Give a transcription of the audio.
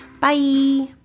Bye